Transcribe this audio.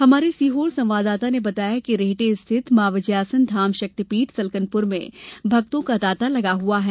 हमारे सीहोर संवाददाता ने बताया कि रेहटी स्थित मां विजयासन धाम शक्तिपीठ सलकनपुर में भक्तों का तांता लगा हुआ है